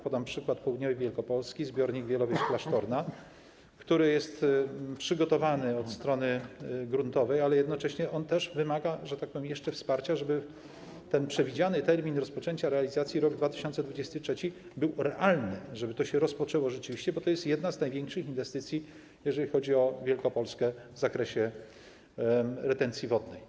Podam przykład południowej Wielkopolski - zbiornik Wielowieś Klasztorna, który jest przygotowany od strony gruntowej, ale jednocześnie on też wymaga, że tak powiem, jeszcze wsparcia, żeby ten przewidziany termin rozpoczęcia realizacji - rok 2023 był realny, żeby to się rzeczywiście rozpoczęło, bo to jest jedna z największych inwestycji, jeżeli chodzi o Wielkopolskę w zakresie retencji wodnej.